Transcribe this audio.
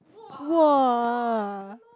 !wah!